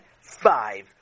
five